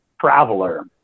Traveler